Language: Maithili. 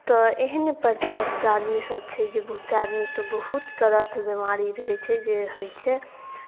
तऽ एहेन प्रतारते आदमीसभ छै जे बहुते आदमी तऽ बहुत तरहते बिमारी रहै छै जे होइ छै